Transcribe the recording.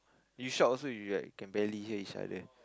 you shout also you like can barely hear each other